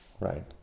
right